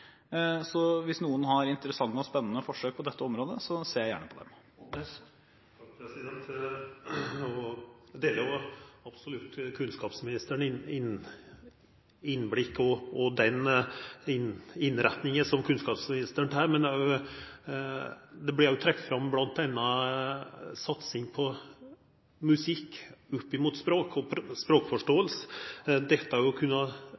så hvis noen har interessante og spennende forsøk på dette området, ser jeg gjerne på dem. Eg deler absolutt det innblikket og den innretninga som kunnskapsministeren tek, men det vert òg trekt fram, bl.a. når det gjeld satsinga på musikk opp mot språk og språkforståing, dette